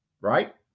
right